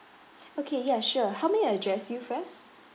okay ya sure how may I address you first